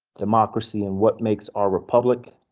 democracy and what makes our republic.